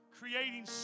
creating